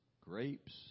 grapes